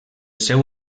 seu